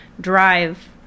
drive